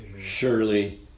Surely